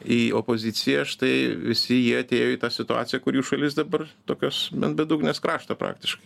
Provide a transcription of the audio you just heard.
į opoziciją štai visi jie atėjo į tą situaciją kur jų šalis dabar tokios ant bedugnės krašto praktiškai